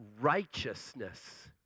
righteousness